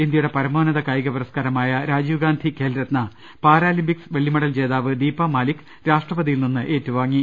ഇന്ത്യയുടെ പരമോന്നത കായിക പുരസ്കാരമായ രാജീവ് ഗാന്ധി ഖേൽ രത്ന പാരാലിംപിക്സ് വെള്ളിമെഡൽ ജേതാവ് ദീപ മാലിക്ക് രാഷ്ട്രപതിയിൽ നിന്ന് ഏറ്റുവാങ്ങി